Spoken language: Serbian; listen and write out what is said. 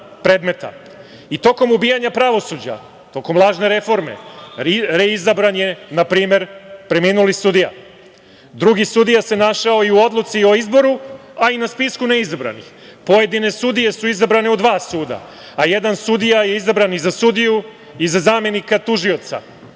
ubijanja pravosuđa, tokom lažne reforme, reizabran je, na primer, preminuli sudija. Drugi sudija se našao i u odluci o izboru, a i na spisku neizabranih. Pojedine sudije su izabrane u dva suda, a jedan sudija je izabran i za sudiju i za zamenika tužioca,